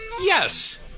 yes